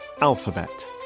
Alphabet